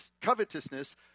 covetousness